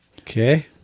Okay